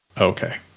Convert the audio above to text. Okay